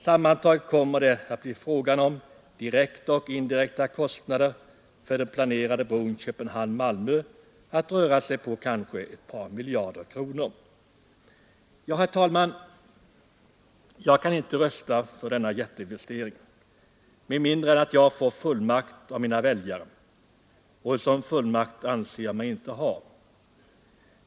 Sammantaget kommer det att bli fråga om direkta och indirekta kostnader för den planerade bron Köpenhamn— Malmö som uppgår till ett par miljarder kronor. Herr talman! Jag kan inte rösta för denna jätteinvestering med mindre än att jag har fått fullmakt av mina väljare, och en sådan fullmakt anser jag mig inte ha.